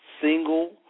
single